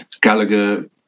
Gallagher